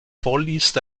vorliest